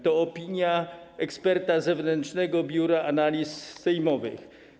To opinia eksperta zewnętrznego Biura Analiz Sejmowych.